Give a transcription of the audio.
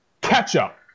ketchup